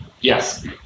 Yes